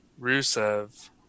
Rusev